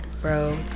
bro